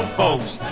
folks